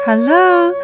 Hello